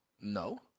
No